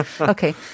Okay